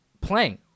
playing